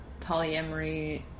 polyamory